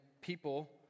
people